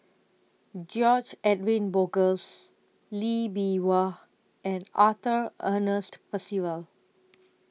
George Edwin Bogaars Lee Bee Wah and Arthur Ernest Percival